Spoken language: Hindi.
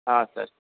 हाँ सर